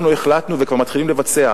אנחנו החלטנו, וכבר מתחילים לבצע,